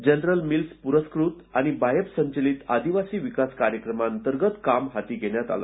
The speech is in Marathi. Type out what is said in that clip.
जनरल मिल्स पुरस्कृत आणि बायफ संचलित आदिवासी विकास कार्यक्रमांतर्गत काम हाती घेण्यात आलं